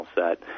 set